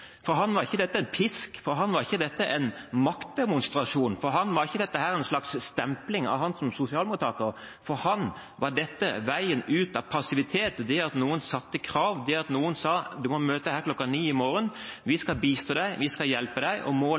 For ham var ikke dette en pisk, for ham var ikke dette en maktdemonstrasjon, for ham var ikke dette en slags stempling av ham som sosialmottaker. For ham var dette veien ut av passivitet, det at noen satte krav, det at noen sa: Du må møte her kl. 9 i morgen, vi skal bistå deg, vi skal hjelpe deg, og